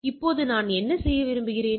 இப்போது நான் என்ன செய்ய விரும்புகிறேன்